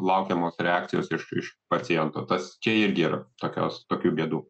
laukiamos reakcijos iš iš paciento tas čia irgi yra tokios tokių bėdų